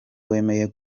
wemeye